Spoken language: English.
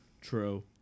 true